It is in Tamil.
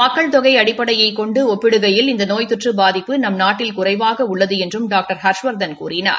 மக்கள் தொகை அடிப்படையை கொண்டு ஒப்பிடுகையில் இந்த நோய் தொற்று பாதிப்பு நம் நாட்டில் குறைவாக உள்ளது என்றும் டாக்டர் ஹர்ஷவர்தன் கூறினார்